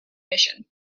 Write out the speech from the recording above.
mission